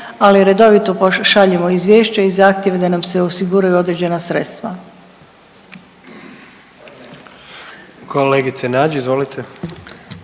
Ali redovito šaljemo izvješće i zahtjev da nam se osiguraju određena sredstva. **Jandroković,